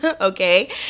okay